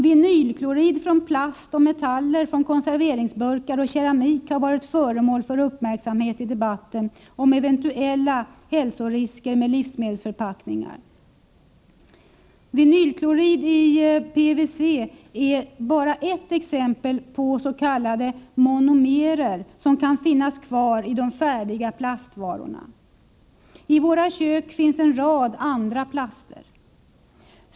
Vinylklorid från plast och metaller från konserveringsburkar och keramik har varit föremål för uppmärksamhet i debatten om eventuella hälsorisker med livsmedelsförpackningar. Vinyl klorid i PVC är bara ett exempel på s.k. monomerer som kan finnas kvar i de färdiga plastvarorna. I våra kök finns en rad andra plaster.